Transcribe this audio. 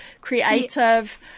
creative